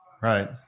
Right